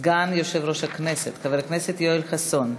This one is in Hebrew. סגן יושב-ראש הכנסת, חבר הכנסת יואל חסון.